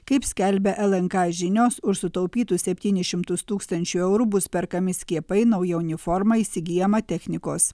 kaip skelbia lnk žinios už sutaupytus septynis šimtus tūkstančių eurų bus perkami skiepai nauja uniforma įsigyjama technikos